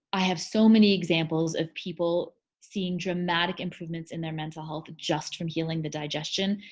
i have so many examples of people seeing dramatic improvements in their mental health just from healing the digestion.